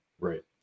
Right